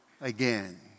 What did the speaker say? again